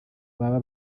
baba